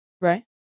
Right